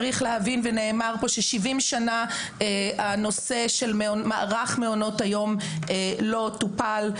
צריך להבין ונאמר פה ש-70 שנה הנושא של מערך מעונות היום לא טופל.